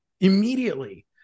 immediately